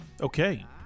Okay